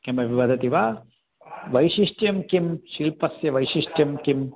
किमपि वदति वा वैशिष्ट्यं किं शिल्पस्य वैशिष्ट्यं किम्